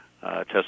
Test